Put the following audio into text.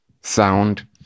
sound